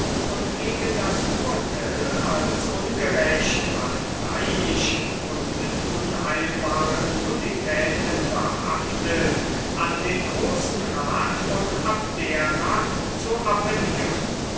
und gegen das urtel als ungerecht parteiisch und mit unheilbaren nullitäten behaftet an den großen rat von abdera zu appellieren